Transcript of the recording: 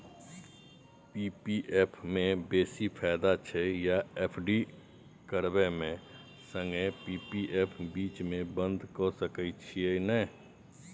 P P F म बेसी फायदा छै या एफ.डी करबै म संगे पी.पी एफ बीच म बन्द के सके छियै न?